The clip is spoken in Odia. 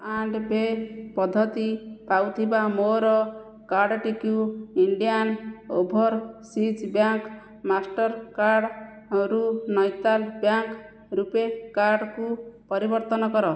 ଆଣ୍ଡ ପେ ପଦ୍ଧତି ପାଉଥିବା ମୋର କାର୍ଡ଼ଟିକୁ ଇଣ୍ଡିଆନ୍ ଓଭରସିଜ୍ ବ୍ୟାଙ୍କ ମାଷ୍ଟର୍ କାର୍ଡ଼ରୁ ନୈତାଲ ବ୍ୟାଙ୍କ ରୂପେ କାର୍ଡ଼କୁ ପରିବର୍ତ୍ତନ କର